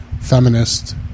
Feminist